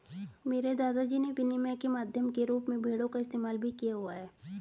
मेरे दादा जी ने विनिमय के माध्यम के रूप में भेड़ों का इस्तेमाल भी किया हुआ है